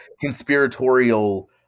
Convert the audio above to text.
conspiratorial